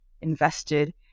invested